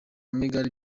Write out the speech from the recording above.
mgr